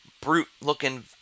brute-looking